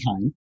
time